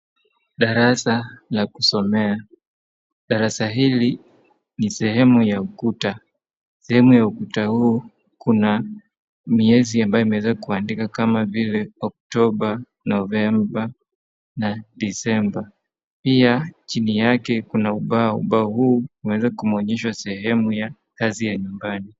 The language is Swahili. Darasa la kusomea, darasa hili ni sehemu ya ukuta, sehemu ya ukuta huu kuna miezi ambayo imeweza kuandikwa kama vile October, November na December pia chini yake kuna ubao, ubao huu umeweza kuonyeshwa kazi ya nyumbani .